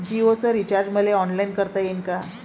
जीओच रिचार्ज मले ऑनलाईन करता येईन का?